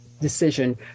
decision